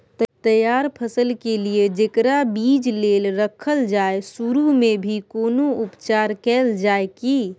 तैयार फसल के लिए जेकरा बीज लेल रखल जाय सुरू मे भी कोनो उपचार कैल जाय की?